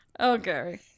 Okay